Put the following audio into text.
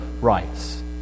rights